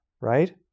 right